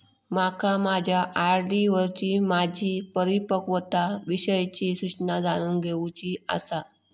माका माझ्या आर.डी वरची माझी परिपक्वता विषयची सूचना जाणून घेवुची आसा